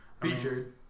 featured